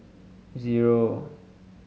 zero